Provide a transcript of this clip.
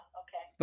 okay